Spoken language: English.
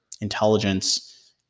intelligence